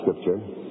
scripture